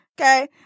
Okay